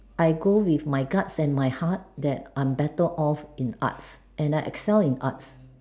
I go with my guts and my heart that I'm better off in arts and I excel in arts